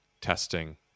testing